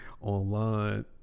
online